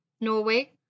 Norway